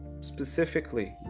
specifically